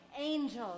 angels